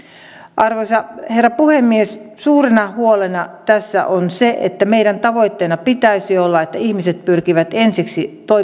arvoisa herra puhemies suurena huolena tässä on se että meidän tavoitteenamme pitäisi olla että ihmiset pyrkivät ensiksi